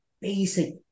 basic